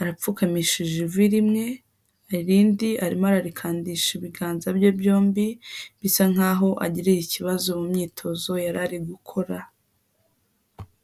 arapfukamishije ivi rimwe, irindi arimo ararikandisha ibiganza bye byombi, bisa nkaho agiriye ikibazo mu myitozo yarari gukora.